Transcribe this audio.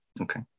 Okay